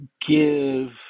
give